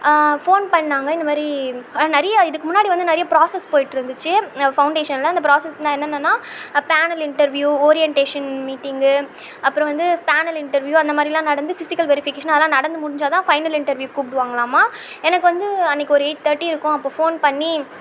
phone பண்ணாங்க இந்தமாதிரி நிறையா இதுக்கு முன்னாடி வந்து நிறையா ப்ராசஸ் போயிட்டிருந்துச்சி ஃபௌண்டேஷனில் அந்த ப்ராசஸ்னால் என்னென்னன்னால் பேனல் இண்டெர்வியூ ஓரியன்டேஷன் மீட்டிங்கு அப்புறம் வந்து பேனல் இண்டெர்வியூ அந்தமாதிரியெல்லாம் நடந்துச்சு பிஸிக்கல் வெரிஃபிகேஷன் அதெல்லாம் நடந்து முடிஞ்சால் தான் ஃபைனல் இண்டெர்வியூக்குக் கூப்பிடுவாங்களாம் எனக்கு வந்து அன்றைக்கு ஒரு எயிட் தேர்ட்டி இருக்கும் அப்போ ஃபோன் பண்ணி